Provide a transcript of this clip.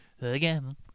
again